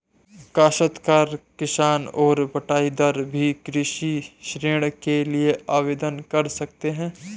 काश्तकार किसान और बटाईदार भी कृषि ऋण के लिए आवेदन कर सकते हैं